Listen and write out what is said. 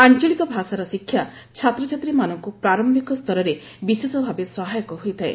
ଆଞ୍ଚଳିକ ଭାଷାର ଶିକ୍ଷା ଛାତ୍ରଛାତ୍ରୀମାନଙ୍କୁ ପ୍ରାର୍ୟିକ ସ୍ତରରେ ବିଶେଷ ଭାବେ ସହାୟକ ହୋଇଥାଏ